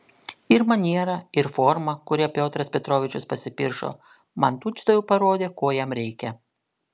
ir maniera ir forma kuria piotras petrovičius pasipiršo man tučtuojau parodė ko jam reikia